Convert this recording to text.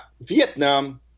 Vietnam